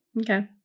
Okay